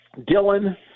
Dylan